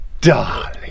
Darling